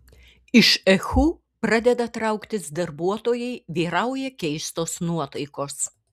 iš ehu pradeda trauktis darbuotojai vyrauja keistos nuotaikos